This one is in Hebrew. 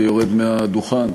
ויורד מהדוכן.